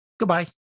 goodbye